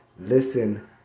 Listen